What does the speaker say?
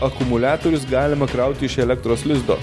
akumuliatorius galima krauti iš elektros lizdo